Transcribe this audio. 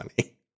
funny